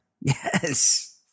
yes